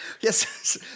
Yes